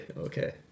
okay